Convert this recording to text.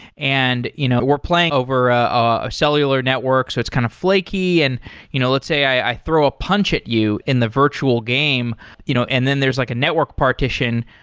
and you know we're playing over ah a cellular network. so it's kind of flaky. and you know let's say i throw a punch at you in the virtual game you know and then there's like a network partition,